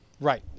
Right